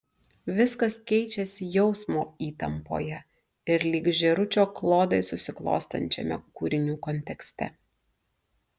viskas keičiasi jausmo įtampoje ir lyg žėručio klodai susiklostančiame kūrinių kontekste